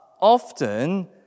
often